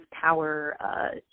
power